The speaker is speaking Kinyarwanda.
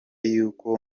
y’uko